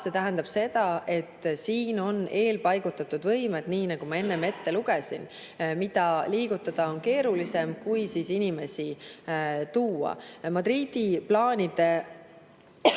See tähendab seda, et siin on eelpaigutatud võimed, nii nagu ma enne ette lugesin. Neid liigutada on keerulisem kui inimesi kohale tuua. Madridi plaanide